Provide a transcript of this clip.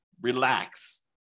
relax